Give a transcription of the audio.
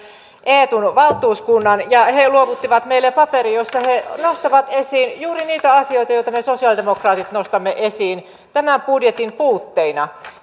eetun valtuuskunnan he luovuttivat meille paperin jossa he nostavat esiin juuri niitä asioita joita me sosialidemokraatit nostamme esiin tämän budjetin puutteina